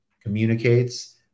communicates